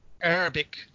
Arabic